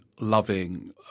loving